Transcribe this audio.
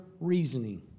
reasoning